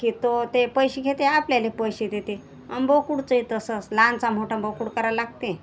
की तो ते पैसे घेते आपल्याला पैसे देते आणि बोकडाचं ही तसंच लहानाचा मोठा बोकड करायला लागते